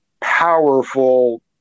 powerful